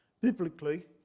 Biblically